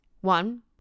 One